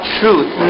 truth